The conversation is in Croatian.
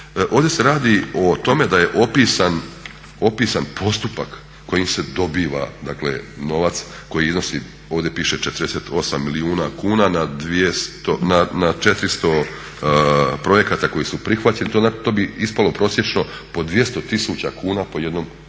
ovdje se radi o tome da je opisan postupak kojim se dobiva, dakle novac koji iznosi ovdje piše 48 milijuna kuna na 400 projekata koji su prihvaćeni. To bi ispalo prosječno po 200 tisuća kuna po jednom projektu